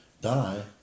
die